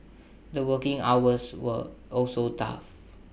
the working hours were also tough